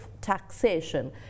taxation